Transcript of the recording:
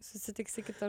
susitiksi kitur